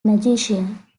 magician